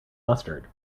mustard